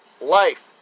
life